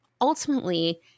ultimately